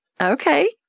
Okay